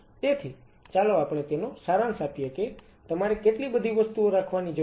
તેથી ચાલો આપણે તેનો સારાંશ આપીએ કે તમારે કેટલી બધી વસ્તુઓ રાખવાની જરૂર છે